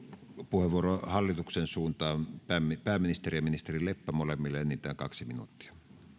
puheenvuoroa hallituksen suuntaan pääministeri ja ministeri leppä molemmille enintään kaksi minuuttia